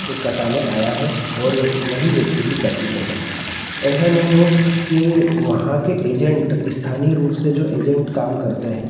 कटाने आया है और वही व्यक्ति की पर्ची कटे ऐसा नहीं हो कि वहाँ के एजेंट स्थानीय रूप से जो एजेंट काम करते हैं